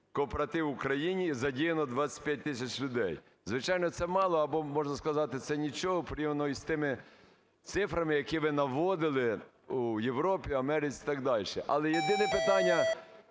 кооперативів в Україні, задіяно 25 тисяч людей. Звичайно, це мало, або, можна сказати, це нічого порівняно із тими цифрами, які ви наводили у Європі, Америці і так далі. Але єдине питання